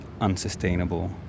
unsustainable